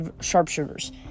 sharpshooters